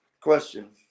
question